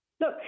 Look